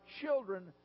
children